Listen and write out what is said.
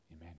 Amen